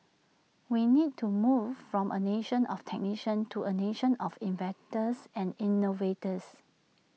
we need to move from A nation of technicians to A nation of inventors and innovators